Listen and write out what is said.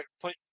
put